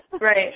Right